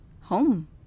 home